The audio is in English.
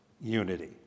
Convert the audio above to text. unity